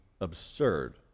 absurd